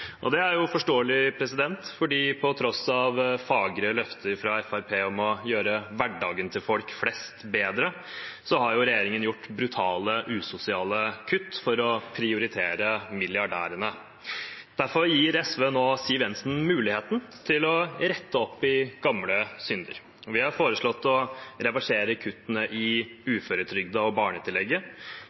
Det er forståelig, for på tross av fagre løfter fra Fremskrittspartiet om å gjøre hverdagen til folk flest bedre, har regjeringen gjort brutale, usosiale kutt for å prioritere milliardærene. Derfor gir SV nå Siv Jensen muligheten til å rette opp i gamle synder. Vi har foreslått å reversere kuttene i uføretrygden og barnetillegget,